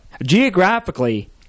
geographically